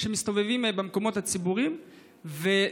שמסתובבים במקומות הציבוריים בפרט.